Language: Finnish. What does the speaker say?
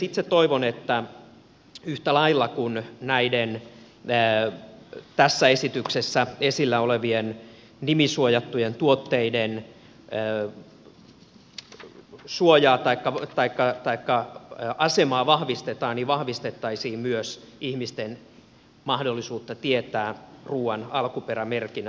itse toivon että yhtä lailla kuin näiden tässä esityksessä esillä olevien nimisuojattujen tuotteiden asemaa vahvistetaan vahvistettaisiin myös ihmisten mahdollisuutta tietää ruuan alkuperämerkinnät